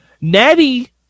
Natty